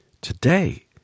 Today